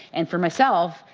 and for myself,